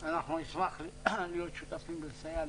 אנחנו נשמח להיות שותפים ולסייע,